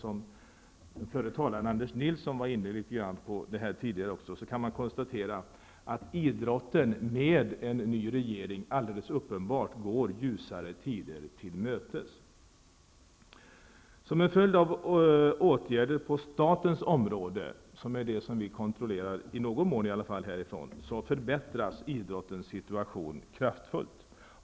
Om vi jämför med det kan vi konstatera att idrotten nu, med en ny regering, alldeles uppenbart går ljusare tider till mötes. Som en följd av åtgärder på statens område, som är det vi i någon mån kontrollerar härifrån, förbättras idrottens situation kraftfullt.